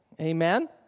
Amen